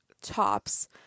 tops